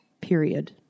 period